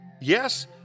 Yes